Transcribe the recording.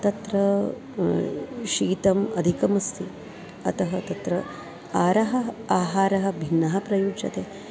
तत्र शीतम् अधिकमस्ति अतः तत्र आरः आहारः भिन्नः प्रयुज्यते